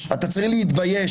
אתה צריך להתבייש.